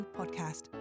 podcast